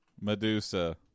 Medusa